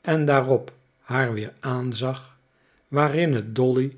en daarop haar weer aanzag waarin het dolly